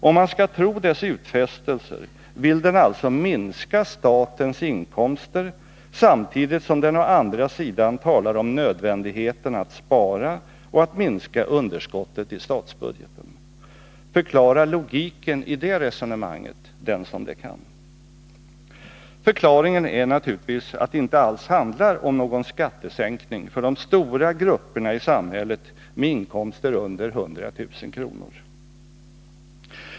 Om man skall tro dess utfästelser vill den alltså minska statens inkomster samtidigt som den å andra sidan talar om nödvändigheten av att spara och att minska underskottet i statsbudgeten. Förklara logiken i det resonemanget, den som det kan! Förklaringen är naturligtvis att det inte alls handlar om någon skattesänkning för de stora grupperna i samhället med inkomster under 100 000 kr.